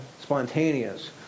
spontaneous